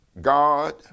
God